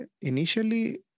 initially